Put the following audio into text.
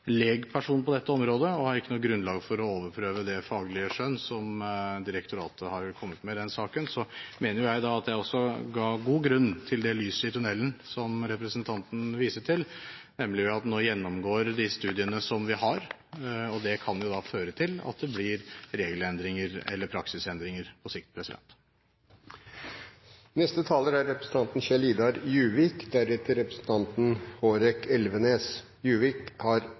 legperson på dette området og har ikke noe grunnlag for å overprøve det faglige skjønn som direktoratet har kommet med i denne saken. Så mener jeg også at jeg ga god grunn til det lyset i tunnelen som representanten viste til, nemlig ved at vi nå gjennomgår de studiene som vi har, og det kan jo da føre til at det blir regelendringer eller praksisendringer på sikt.